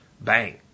Bang